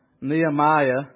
Nehemiah